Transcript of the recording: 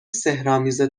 سحرآمیز